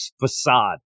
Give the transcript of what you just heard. facade